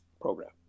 program